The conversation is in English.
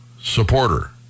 supporter